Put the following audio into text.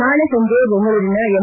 ನಾಳೆ ಸಂಜೆ ಬೆಂಗಳೂರಿನ ಎಂ